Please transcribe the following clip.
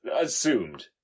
Assumed